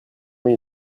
mais